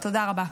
תודה רבה.